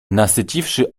nasyciwszy